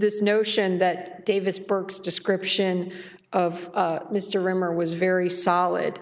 this notion that davis burke's description of mr rimmer was very solid